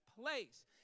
place